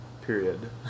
period